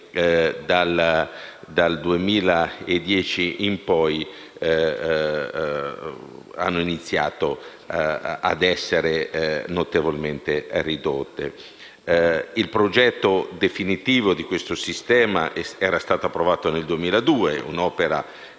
dal 2010 in poi hanno iniziato ad essere notevolmente ridotte. Il progetto definitivo di questo sistema era stato approvato nel 2002. Si